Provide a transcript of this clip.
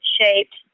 shaped